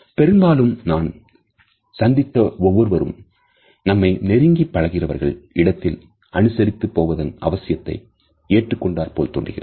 பெரும்பாலும் நான் சந்தித்த ஒவ்வொருவரும் நம்மை நெருங்கி பழகுபவர்கள் இடத்தில் அனுசரித்துப் போவதன் அவசியத்தை ஏற்றுக்கொண்டார் போல தோன்றியது